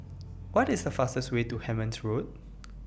What IS The fastest Way to Hemmant Road